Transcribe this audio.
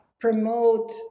promote